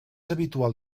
habitual